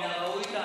מן הראוי לענות.